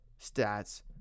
stats